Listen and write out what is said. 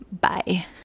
Bye